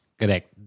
Correct